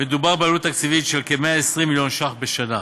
מדובר בעלות תקציבית של כ-120 מיליון ש"ח בשנה.